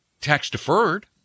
tax-deferred